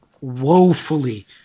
woefully